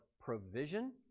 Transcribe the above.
provision